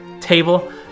table